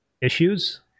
issues